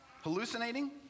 Hallucinating